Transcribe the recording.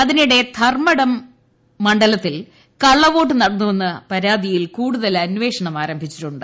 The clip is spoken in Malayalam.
അതിനിടെ ധർമ്മടം മണ്ഡലത്തിൽ കള്ളവോട്ട് നടന്നുവെന്ന പരാതിയിൽ കൂടുതൽ അന്വേഷണം ആരംഭിച്ചിട്ടുണ്ട്